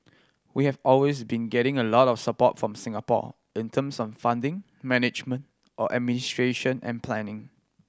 we have always been getting a lot of support from Singapore in terms of funding management or administration and planning